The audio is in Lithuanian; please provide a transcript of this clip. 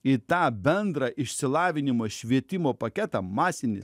į tą bendrą išsilavinimą švietimo paketą masinį